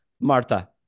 Marta